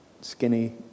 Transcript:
skinny